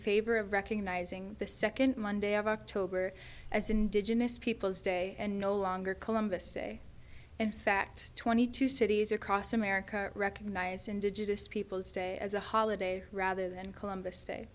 favor of recognizing the second monday of october as indigenous peoples day and no longer columbus day in fact twenty two cities across america recognized indigenous peoples day as a holiday rather than columbus day